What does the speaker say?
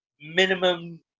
minimum